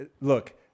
look